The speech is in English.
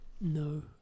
No